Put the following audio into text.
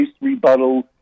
rebuttal